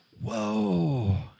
Whoa